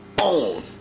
own